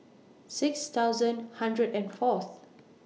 six thousand hundred and Fourth